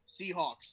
Seahawks